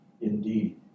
indeed